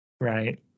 Right